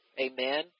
Amen